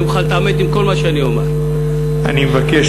ואני מוכן להתעמת על כל מה שאני אומר.